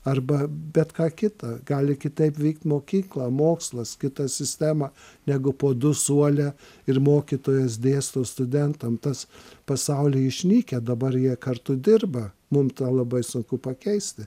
arba bet ką kitą gali kitaip veikt mokykla mokslas kita sistema negu po du suole ir mokytojas dėsto studentam tas pasaulyje išnykę dabar jie kartu dirba mum tą labai sunku pakeisti